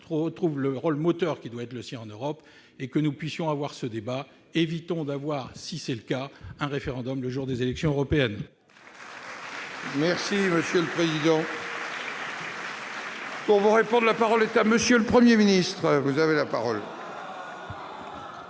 retrouve le rôle moteur qui doit être le sien en Europe et que nous puissions avoir ce débat. Évitons, pour cela, d'organiser un référendum le jour des élections européennes